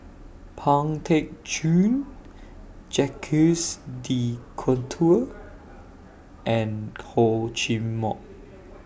Pang Teck Joon Jacques De Coutre and Hor Chim Or